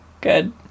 good